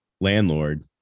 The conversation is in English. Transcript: landlord